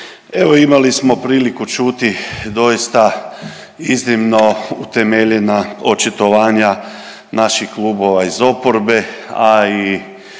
evo imali smo priliku čuti doista iznimno utemeljena očitovanja naših klubova iz oporbe, a i